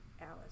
Alice